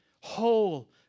whole